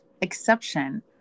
exception